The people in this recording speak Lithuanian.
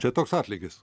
čia toks atlygis